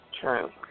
True